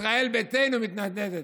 ישראל ביתנו מתנדנדת,